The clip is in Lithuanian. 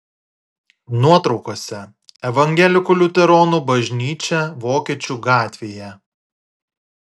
nuotraukose evangelikų liuteronų bažnyčia vokiečių gatvėje